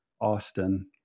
Austin